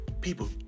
people